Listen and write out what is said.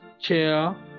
chair